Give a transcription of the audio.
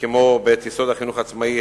כמו את ייסוד החינוך העצמאי,